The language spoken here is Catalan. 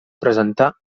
presentà